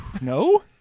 No